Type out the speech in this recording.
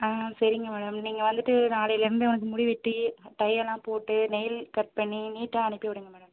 ஆ சரிங்க மேடம் நீங்கள் வந்துவிட்டு நாளையிலிருந்து அவனுக்கு முடி வெட்டி டையெல்லாம் போட்டு நெயில் கட் பண்ணி நீட்டாக அனுப்பி விடுங்க மேடம்